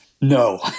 No